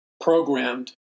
programmed